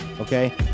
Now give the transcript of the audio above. okay